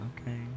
okay